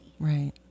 right